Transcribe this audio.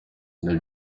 ibyo